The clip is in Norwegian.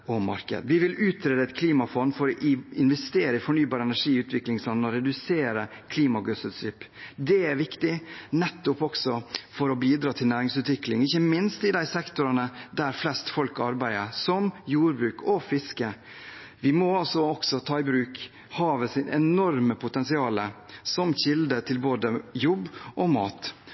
og marked. Vi vil utrede et klimafond for å investere i fornybar energi i utviklingsland og redusere klimagassutslipp. Det er viktig for å bidra til næringsutvikling, ikke minst i de sektorene der flest folk arbeider, som jordbruk og fiske. Vi må også ta i bruk havets enorme potensial som kilde til både jobb og mat.